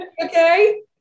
Okay